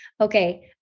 Okay